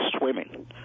swimming